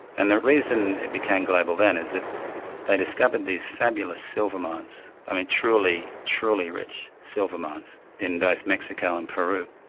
and the reason it became global then is that they discovered these fabulous silver mines, i mean truly, truly rich silver mines in both mexico and peru.